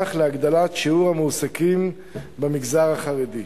להגדלת שיעור המועסקים מהמגזר החרדי.